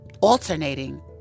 Alternating